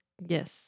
yes